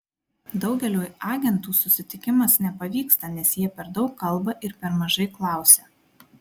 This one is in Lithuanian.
daugeliui agentų susitikimas nepavyksta nes jie per daug kalba ir per mažai klausia